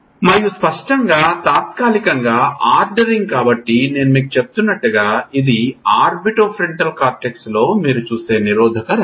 మరియు స్పష్టంగా తాత్కాలికంగా ఆర్డరింగ్ కాబట్టి నేను మీకు చెప్తున్నట్లుగా ఇది ఆర్బిటోఫ్రంటల్ కార్టెక్స్లో మీరు చూసే నిరోధక రకం